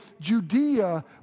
Judea